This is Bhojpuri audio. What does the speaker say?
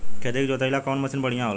खेत के जोतईला कवन मसीन बढ़ियां होला?